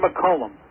McCollum